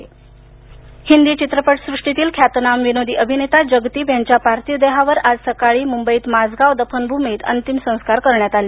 जगदीप हिंदी चित्रपट सृष्टीतील ख्यातनाम विनोदी अभिनेता जगदीप यांच्या पार्थिव देहावर आज सकाळी मुंबईत माझगाव दफनभुमीत अंतिमसंस्कार करण्यात आले